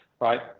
Right